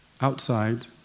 outside